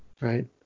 Right